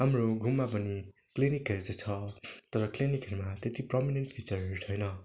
हाम्रो गाउँमा पनि क्लिनिकहरू चाहिँ छ तर क्लिनिकहरूमा त्यति प्रमिनेन्ट फिचरहरू छैन